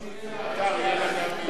שיהיה האתר יהיה לה גם מטוס